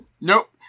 Nope